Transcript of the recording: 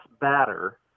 batter